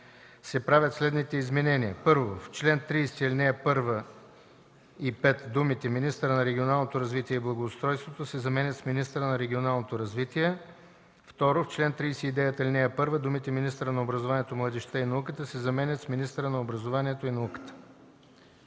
се правят следните изменения: 1. В чл. 30, ал. 1 и 5 думите „министъра на регионалното развитие и благоустройството” се заменят с „министъра на регионалното развитие”. 2. В чл. 39, ал. 1 думите „министъра на образованието, младежта и науката” се заменят с „министъра на образованието и науката”.”